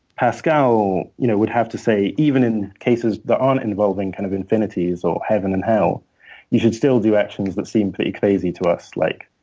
pascal you know would have to say, even in cases that aren't involving kind of infinities or heaven and hell you should still do actions that seem pretty crazy to us, like